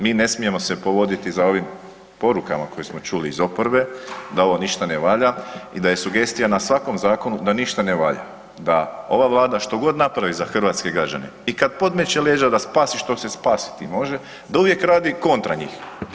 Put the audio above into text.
Mi ne smijemo se povoditi za ovim porukama koje smo čuli iz oporbe da ovo ništa ne valja i da je sugestija na svakom zakonu da ništa ne valja, da ova vlada što god da napravi za hrvatske građane i kad podmeće leđa da spasi što se spasiti može, da uvijek radi kontra njih.